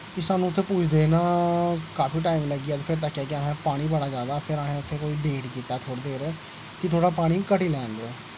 कि सानूं उत्थें पुजदे ना काफी टाईम लग्गी गेआ ते फ्ही असें तक्केआ कि उत्थें पानी बड़ा जादा हा फिर असें कोई वेट कीता थोह्ड़ी देर कि थोह्ड़ा पानी घटी लैन देओ